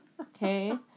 Okay